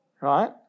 right